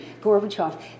Gorbachev